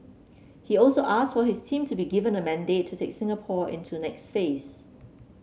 he also asked for his team to be given a mandate to take Singapore into next phase